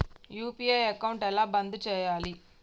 UPI account ఎలా బంద్ చేయాలి?